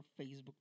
Facebook